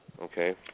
Okay